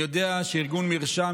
אני יודע שארגון מרשם,